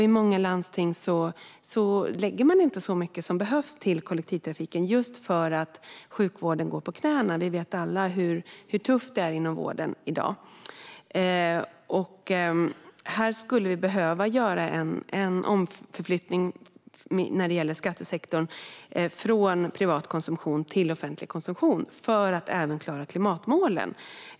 I många landsting lägger man inte så mycket som behövs till kollektivtrafiken för att sjukvården går på knäna. Vi vet alla hur tufft det är inom vården i dag. Här skulle vi behöva göra en omförflyttning i skattesektorn från privat konsumtion till offentlig konsumtion för att även klara klimatmålen.